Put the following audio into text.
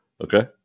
Okay